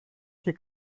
και